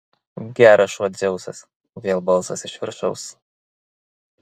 geras šuo dzeusas vėl balsas iš viršaus